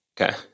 Okay